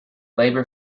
labor